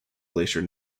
glacier